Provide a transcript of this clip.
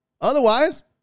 Otherwise